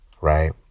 right